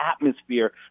atmosphere